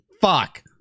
Fuck